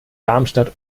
darmstadt